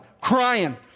crying